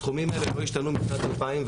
הסכומים האלה לא השתנו משנת 2001,